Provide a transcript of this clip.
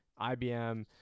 ibm